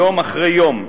יום אחרי יום,